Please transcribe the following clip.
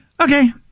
Okay